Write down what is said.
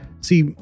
See